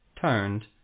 turned